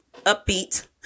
upbeat